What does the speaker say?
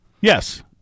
Yes